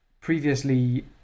previously